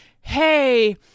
Hey